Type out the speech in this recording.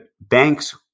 banks